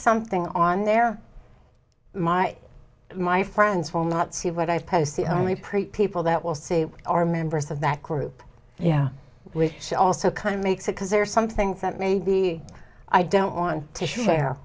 something on there my my friends will not see what i post the only preety people that will see are members of that group yeah she also kind of makes it because there are some things that maybe i don't want to share